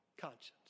conscience